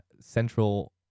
central